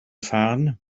fahren